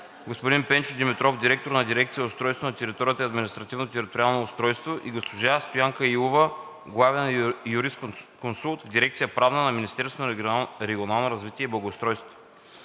господин Пенчо Димитров – директор на дирекция „Устройство на територията и административно-териториално устройство“, и госпожа Стоянка Илова – главен юрисконсулт в дирекция „Правна“ на Министерството на регионалното развитие и благоустройството;